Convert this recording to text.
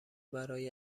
برای